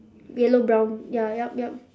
yellow brown ya yup yup